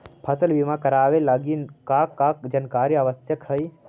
फसल बीमा करावे लगी का का जानकारी आवश्यक हइ?